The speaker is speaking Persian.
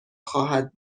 خواهد